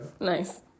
nice